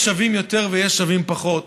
יש שווים יותר ויש שווים פחות.